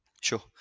Sure